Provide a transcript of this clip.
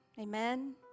Amen